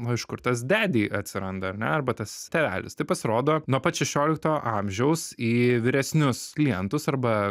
o iš kur tas daddy atsiranda ar ne arba tas tėvelis tai pasirodo nuo pat šešiolikto amžiaus į vyresnius klientus arba